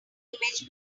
image